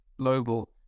global